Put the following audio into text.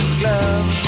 glove